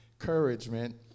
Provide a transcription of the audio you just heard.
encouragement